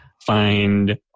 find